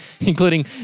including